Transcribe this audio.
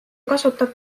kasutab